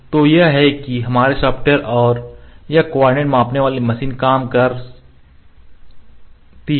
तो यह है कि हमारे सॉफ्टवेयर और यह कोऑर्डिनेट मापने वाली मशीन कैसे काम करती है